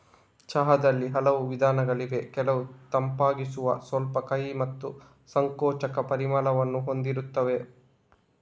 ಚಹಾದಲ್ಲಿ ಹಲವು ವಿಧಗಳಿವೆ ಕೆಲವು ತಂಪಾಗಿಸುವ, ಸ್ವಲ್ಪ ಕಹಿ ಮತ್ತು ಸಂಕೋಚಕ ಪರಿಮಳವನ್ನು ಹೊಂದಿರುತ್ತವೆ